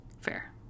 Fair